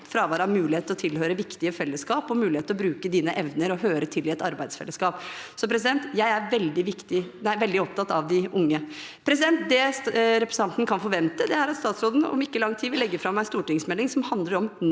fravær av mulighet til å tilhøre viktige fellesskap og mulighet til å bruke sine evner og høre til i et arbeidsfellesskap. Så jeg er veldig opptatt av de unge. Det representanten kan forvente, er at statsråden om ikke lang tid vil legge fram en stortingsmelding som handler om